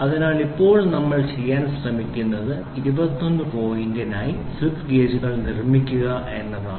അതിനാൽ ഇപ്പോൾ നമ്മൾ ചെയ്യാൻ ശ്രമിക്കുന്നത് 29 പോയിന്റിനായി സ്ലിപ്പ് ഗേജുകൾ നിർമ്മിക്കുക എന്നതാണ്